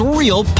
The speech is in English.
real